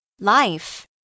Life